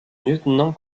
lieutenant